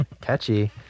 Catchy